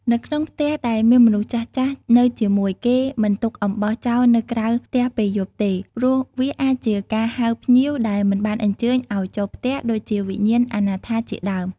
នៅក្នុងផ្ទះដែលមានមនុស្សចាស់ៗនៅជាមួយ គេមិនទុកអំបោសចោលនៅក្រៅផ្ទះពេលយប់ទេ ព្រោះវាអាចជាការហៅភ្ញៀវដែលមិនបានអញ្ជើញឱ្យចូលផ្ទះ ដូចជាវិញ្ញាណអនាថាជាដើម។